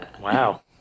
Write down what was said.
Wow